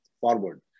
forward